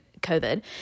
COVID